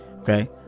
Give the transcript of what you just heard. Okay